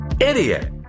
Idiot